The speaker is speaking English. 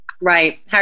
Right